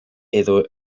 edo